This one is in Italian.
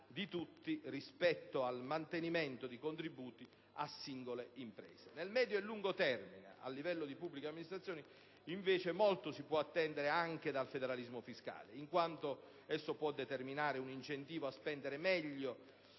di tutti piuttosto che mantenere contributi a singole imprese. Nel medio e lungo termine, a livello di pubbliche amministrazioni, invece, molto si può attendere anche dal federalismo fiscale, in quanto può determinare un incentivo a spendere meglio